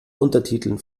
untertiteln